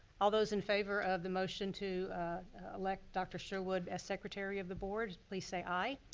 all those in favor of the motion to elect dr. sherwood as secretary of the board, please say aye.